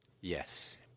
yes